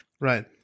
Right